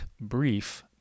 brief